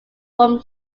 from